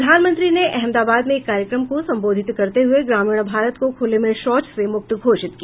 प्रधानमंत्री ने अहमदाबाद में एक कार्यक्रम को संबोधित करते हुए ग्रामीण भारत को खुले में शौच से मुक्त घोषित किया